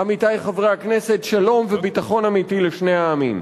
עמיתי חברי הכנסת, שלום וביטחון אמיתי לשני העמים.